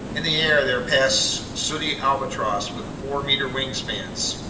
in the air there passed sooty albatross with four-meter wingspans,